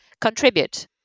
contribute